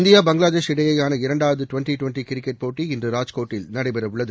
India Bangladesh இடையேயான இரண்டாவது twenty twenty cricket போட்டி இன்று ராஜ்கோட்டில் நடைபெற உள்ளது